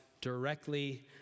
directly